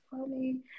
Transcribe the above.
funny